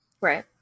Right